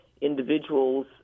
individuals